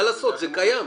מה לעשות, זה קיים.